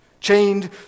chained